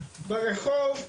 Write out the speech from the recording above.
ברחוב.